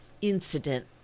incident